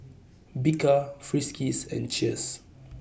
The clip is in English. Bika Friskies and Cheers